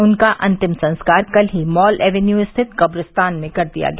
उनका अंतिम संस्कार कल ही माल एवेन्यू स्थित कब्रिस्तान में कर दिया गया